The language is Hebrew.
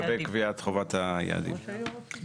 זה הנוסח שפרסמנו לוועדה.